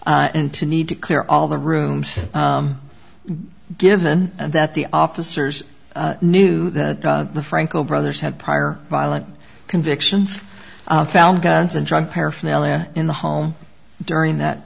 and to need to clear all the rooms given that the officers knew the franco brothers had prior violent convictions found guns and drug paraphernalia in the home during that